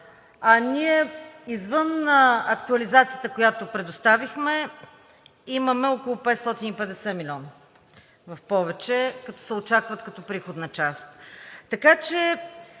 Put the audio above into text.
а ние извън актуализацията, която предоставихме, имаме около 550 милиона в повече, като се очакват като приходна част.